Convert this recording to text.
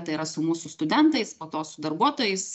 tai yra su mūsų studentais po to su darbuotojais